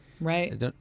right